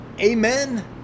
Amen